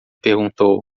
perguntou